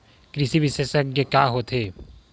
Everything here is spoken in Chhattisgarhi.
कृषि विशेषज्ञ का होथे?